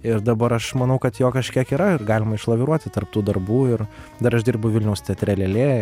ir dabar aš manau kad jo kažkiek yra ir galima išlaviruoti tarp tų darbų ir dar aš dirbu vilniaus teatre lėlė